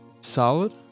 solid